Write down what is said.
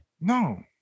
No